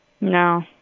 No